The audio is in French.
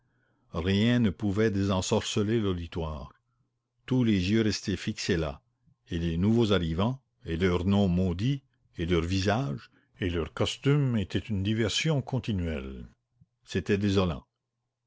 rien ne pouvait désensorceler l'auditoire tous les yeux restaient fixés là et les nouveaux arrivants et leurs noms maudits et leurs visages et leurs costumes étaient une diversion continuelle c'était désolant